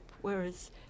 whereas